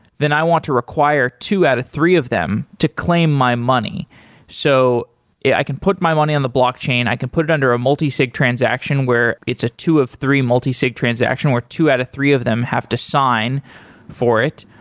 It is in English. then i want to require two out of three of them to claim my money so i can put my money on the blockchain. i can put it under a multi-sig transaction where it's a two of three multi-sig transaction, or two out of three of them have to sign for it.